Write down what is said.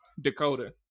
Dakota